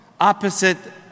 opposite